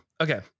Okay